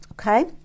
okay